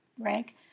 rank